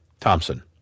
Thompson